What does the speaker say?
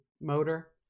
motor